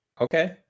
Okay